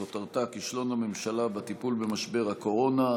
כותרתה: כישלון הממשלה בטיפול במשבר הקורונה,